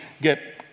get